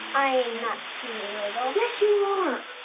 i am not too little! yes you are.